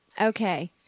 Okay